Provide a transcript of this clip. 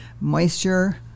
moisture